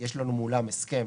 יש לנו מולם הסכם